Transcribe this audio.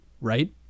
right